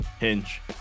Hinge